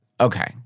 Okay